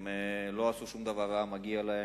הם לא עשו שום דבר רע, מגיע להם.